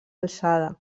alçada